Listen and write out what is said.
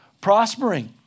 prospering